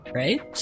right